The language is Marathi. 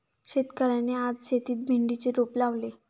शेतकऱ्याने आज शेतात भेंडीचे रोप लावले